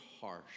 harsh